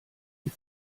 die